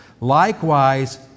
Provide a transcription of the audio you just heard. likewise